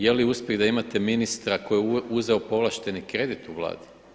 Je li uspjeh da imate ministra koji je uzeo povlašteni kredit u Vladi?